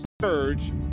surge